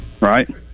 Right